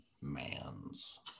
Mans